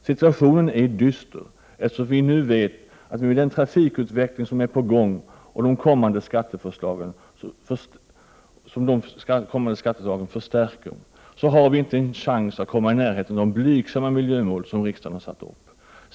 Situationen är dyster, eftersom vi nu vet att vi med den trafikutveckling som är på gång, och som de kommande skatteförslagen förstärker, inte har en chans att komma i närheten av de blygsamma miljömål som riksdagen har satt upp.